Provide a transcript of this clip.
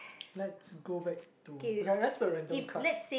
let's go back to okay let's pick a random card